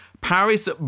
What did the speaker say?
paris